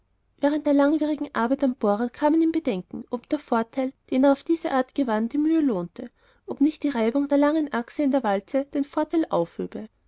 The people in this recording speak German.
während der langwierigen arbeit am bohrer kamen ihm bedenken ob der vorteil den er auf diese art gewann die mühe lohnte ob nicht die reibung der langen achse in der walze den vorteil aufhöbe